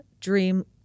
dream